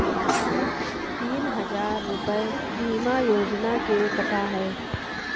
तीन हजार रूपए बीमा योजना के कटा है